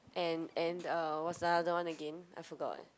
and and uh what's the other one again I forgot